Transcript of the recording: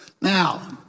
Now